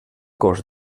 cost